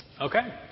Okay